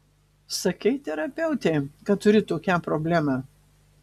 sakei terapeutei kad turi tokią problemą